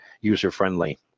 user-friendly